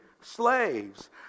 slaves